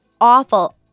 awful